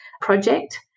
project